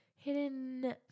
hidden